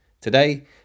Today